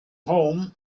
home